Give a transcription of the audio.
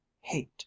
hate